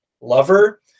lover